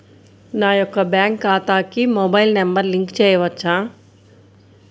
నా యొక్క బ్యాంక్ ఖాతాకి మొబైల్ నంబర్ లింక్ చేయవచ్చా?